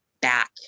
back